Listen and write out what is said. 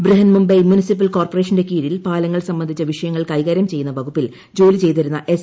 Brihan Mumbai municipal കോർപ്പറേഷന്റെ കീഴിൽ പാലങ്ങൾ സംബന്ധിച്ച വിഷയങ്ങൾ കൈകാര്യം ചെയ്യുന്ന വകുപ്പിൽ ജോലി ചെയ്തിരുന്ന എസ്